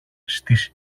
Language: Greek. στις